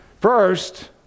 First